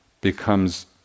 becomes